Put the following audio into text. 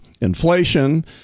inflation